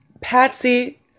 Patsy